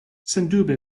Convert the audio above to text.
sendube